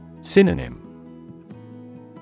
Synonym